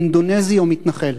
אינדונזי או מתנחל.